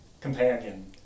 companion